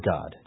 God